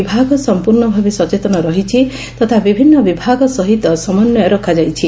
ବିଭାଗ ସମ୍ମର୍ଣ ଭାବେ ସଚେତନ ରହିଛି ତଥା ବିଭିନ୍ତ ବିଭାଗ ସହିତ ସମନ୍ତ୍ୟ ରଖା ଯାଇଛି